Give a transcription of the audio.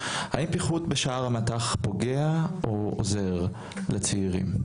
האם פיחות בשער המט"ח פוגע או עוזר לצעירים,